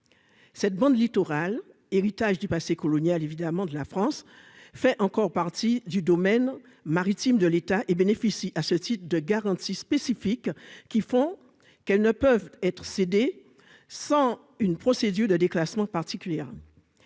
cette bande littorale, héritage du passé colonial évidemment de la France fait encore partie du domaine maritime de l'État et bénéficie à ce site de garanties spécifiques qui font qu'elles ne peuvent être cédés sans une procédure de déclassement particulière